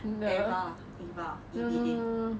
EVA EVA E_V_A